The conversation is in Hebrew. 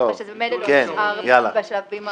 כך שזה ממילא לא נשאר בשלבים המאוחרים.